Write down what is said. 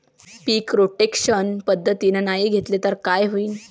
पीक rotation पद्धतीनं नाही घेतलं तर काय होईन?